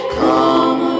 come